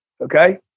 okay